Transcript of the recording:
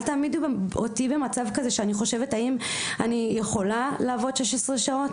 אל תעמידו אותי במצב כזה שאני חושבת האם אני יכולה לעבוד 16 שעות?